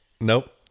Nope